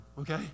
okay